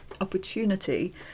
opportunity